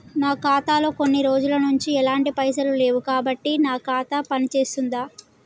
నా ఖాతా లో కొన్ని రోజుల నుంచి ఎలాంటి పైసలు లేవు కాబట్టి నా ఖాతా పని చేస్తుందా?